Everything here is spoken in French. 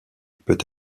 peut